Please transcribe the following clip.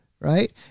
right